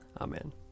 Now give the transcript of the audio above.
Amen